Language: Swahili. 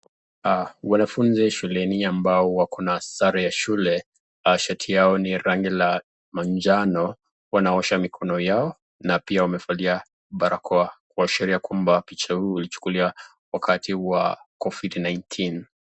Wanafunzi wa shuleni ambao wako na sare ya shule. Shati yao ni ya rangi la manjano. Wanaosha mikono yao na pia wamevalia barakoa kuashiria kwamba picha huu ulichukuliwa wakati wa Covid-19.